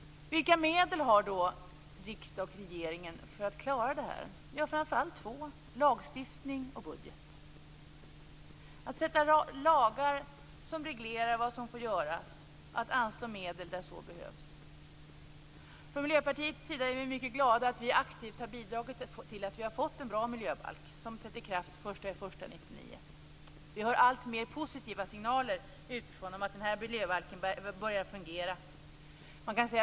Vilka medel har då riksdag och regering för att klara det här? Det är framför allt två: lagstiftning och budget, att stifta lagar som reglerar vad som får göras, att anslå medel där så behövs. I Miljöpartiet är vi mycket glada för att vi aktivt har bidragit till att vi har fått en bra miljöbalk som trädde i kraft den 1 januari 1999. Vi hör alltmer positiva signaler utifrån om att miljöbalken börjar fungera.